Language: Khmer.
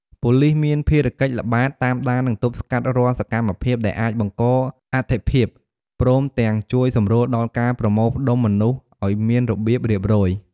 ប៉ូលិសមានភារកិច្ចល្បាត តាមដាន និងទប់ស្កាត់រាល់សកម្មភាពដែលអាចបង្កអស្ថេរភាព ព្រមទាំងជួយសម្រួលដល់ការប្រមូលផ្ដុំមនុស្សឱ្យមានរបៀបរៀបរយ។